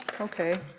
okay